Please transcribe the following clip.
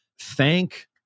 Thank